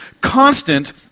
constant